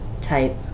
type